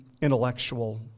intellectual